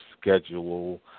schedule